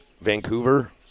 Vancouver